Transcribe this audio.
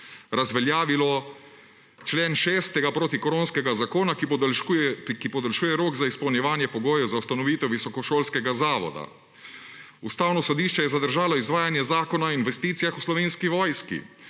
razveljavilo člen šestega protikoronskega zakona, ki podaljšuje rok za izpolnjevanje pogojev za ustanovitev visokošolskega zavoda. Ustavno sodišče je zadržalo izvajanje zakona o investicijah v Slovenski vojski.